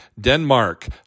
Denmark